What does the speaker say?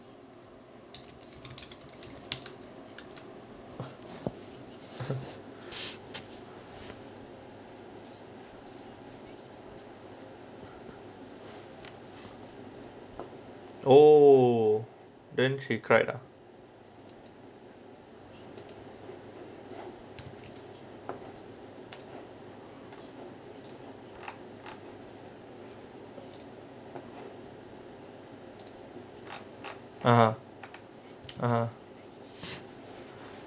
oh then she cried ah a'ah a'ah